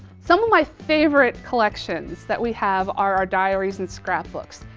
some of my favorite collections that we have are our diaries and scrapbooks.